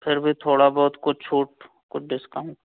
फिर भी थोड़ा बहुत कुछ छूट कुछ डिस्काउंट